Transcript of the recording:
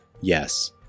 yes